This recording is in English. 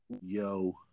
Yo